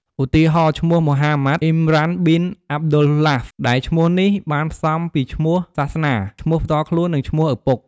ឧទាហរណ៍ ឈ្មោះម៉ូហាម៉ាត់ អ៊ីមរ៉ាន ប៊ីន អាប់ឌុលឡាហ្វ ដែលឈ្មោះនេះបានផ្សំពីឈ្មោះសាសនា ឈ្មោះផ្ទាល់ខ្លួន និងឈ្មោះឪពុក ។